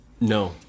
No